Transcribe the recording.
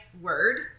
word